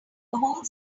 whole